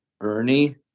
ernie